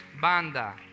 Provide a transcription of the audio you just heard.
Banda